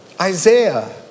Isaiah